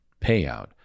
payout